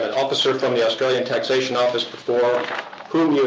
officer from the australian taxation office, before whom you